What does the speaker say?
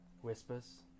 Whispers